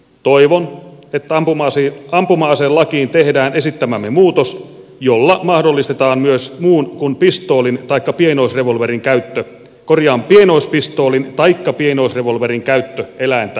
toivon että ampuma aselakiin tehdään esittämämme muutos jolla mahdollistetaan myös muun kuin pienoispistoolin taikka pienoisrevolverin käyttö eläintä lopetettaessa